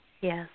Yes